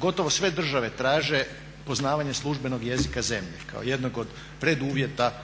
Gotovo sve države traže poznavanje službenog jezika zemlje kao jedan od preduvjeta